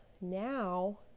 now